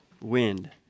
wind